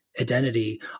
identity